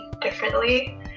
differently